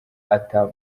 ata